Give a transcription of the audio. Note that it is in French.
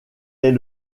est